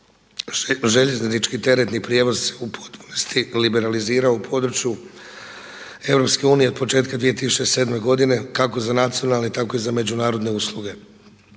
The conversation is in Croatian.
Željeznički teretni prijevoz u potpunosti liberalizirao u području EU od početka 2007. godine kako za nacionalne, tako i za međunarodne usluge,